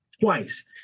twice